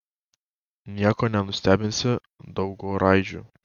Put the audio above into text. nieko nenustebinsi dangoraižiu